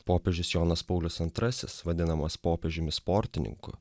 popiežius jonas paulius antrasis vadinamas popiežiumi sportininku